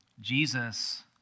Jesus